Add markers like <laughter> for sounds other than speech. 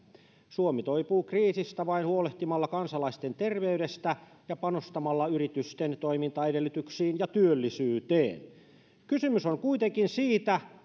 suomi toipuu kriisistä vain huolehtimalla kansalaisten terveydestä ja panostamalla yritysten toimintaedellytyksiin ja työllisyyteen kysymys on kuitenkin siitä <unintelligible>